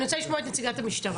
אני רוצה לשמוע את נציגת המשטרה,